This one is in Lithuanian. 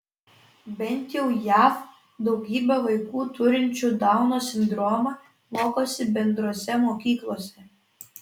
bent jau jav daugybė vaikų turinčių dauno sindromą mokosi bendrose mokyklose